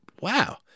wow